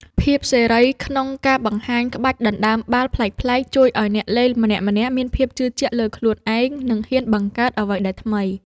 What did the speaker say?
ភាពសេរីក្នុងការបង្ហាញក្បាច់ដណ្តើមបាល់ប្លែកៗជួយឱ្យអ្នកលេងម្នាក់ៗមានភាពជឿជាក់លើខ្លួនឯង និងហ៊ានបង្កើតអ្វីដែលថ្មី។